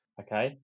Okay